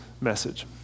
message